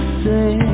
say